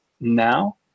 now